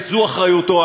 וזו אחריותו,